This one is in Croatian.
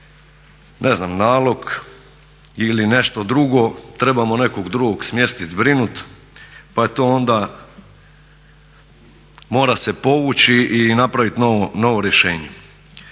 ne znam nalog ili nešto drugo, trebamo nekog drugog smjestiti, zbrinuti pa je to onda mora se povući i napraviti novo rješenje.